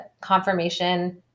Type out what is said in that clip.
confirmation